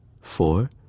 four